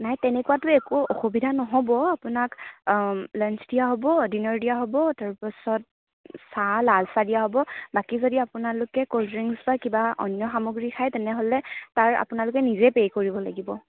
নাই তেনেকুৱাতো একো অসুবিধা নহ'ব আপোনাক লাঞ্চ দিয়া হ'ব ডিনাৰ দিয়া হ'ব তাৰপিছত চাহ লাল চাহ দিয়া হ'ব বাকী যদি আপোনালোকে ক'ল ড্ৰিংকচ বা কিবা অন্য সামগ্ৰী খায় তেনেহ'লে তাৰ আপোনালোকে নিজে পে' কৰিব লাগিব